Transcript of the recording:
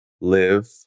live